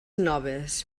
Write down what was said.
noves